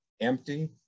empty